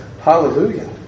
Hallelujah